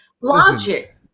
logic